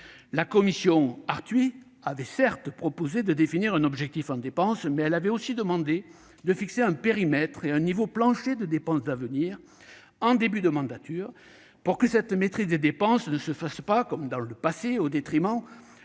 La commission Arthuis avait certes proposé de définir un objectif en matière de dépenses, mais elle avait aussi demandé de fixer « un périmètre et un niveau plancher de dépenses d'avenir » en début de mandature pour que cette maîtrise des dépenses ne se fasse pas- comme par le passé -au détriment